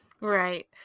Right